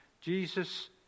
Jesus